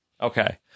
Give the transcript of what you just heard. Okay